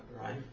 right